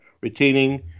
retaining